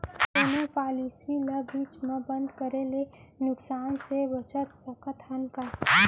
कोनो पॉलिसी ला बीच मा बंद करे ले नुकसान से बचत सकत हन का?